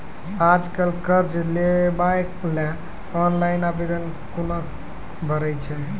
आज कल कर्ज लेवाक लेल ऑनलाइन आवेदन कूना भरै छै?